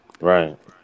right